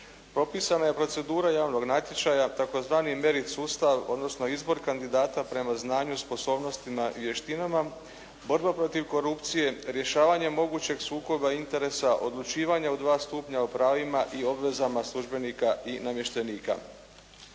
Propisana je procedura javnog natječaja tzv. "merit" sustav odnosno izbor kandidata prema znanju, sposobnostima i vještinama, borba protiv korupcije, rješavanje mogućeg sukoba interesa, odlučivanje u dva stupnja o pravima i obvezama službenika i namještenika.